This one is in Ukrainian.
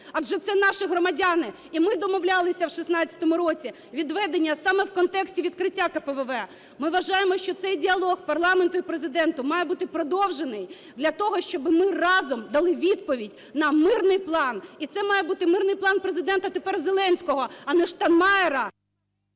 адже це наше громадяни, і ми домовлялися в 16-му році відведення саме в контексті відкриття КПВВ? Ми вважаємо, що цей діалог парламенту і Президента має бути продовжений для того, щоб ми разом дали відповідь на мирний план. І цей має бути мирний план Президента тепер Зеленського, а не Штайнмайєра…